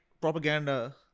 propaganda